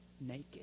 naked